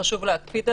שחשוב להקפיד עליהם.